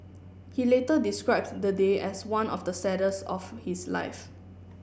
he later described the day as one of the saddest of his life